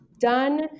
done